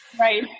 right